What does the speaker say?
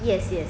yes yes